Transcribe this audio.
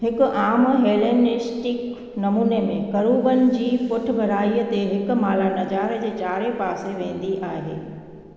हिकु आम हेलेनिस्टिक नमूने में करूबनि जी पुठभराईअ ते हिकु माला नज़ारे जे चारे पासे वेंदी आहे